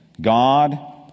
God